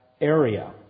area